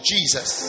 Jesus